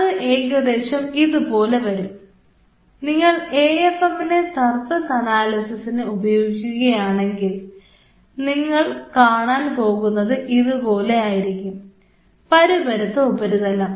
അത് ഏകദേശം ഇതുപോലെ വരും നിങ്ങൾ എഎഫ്എം നെ സർഫസ് അനാലിസിസിന് ഉപയോഗിക്കുകയാണെങ്കിൽ നിങ്ങൾ കാണാൻ പോകുന്നത് ഇതുപോലെ ആയിരിക്കും പരുപരുത്ത ഉപരിതലം